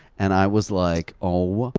and i was like, oh,